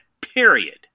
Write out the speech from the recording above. period